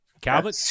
Calvin